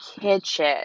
kitchen